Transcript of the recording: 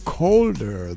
colder